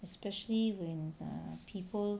especially when err people